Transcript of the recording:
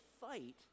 fight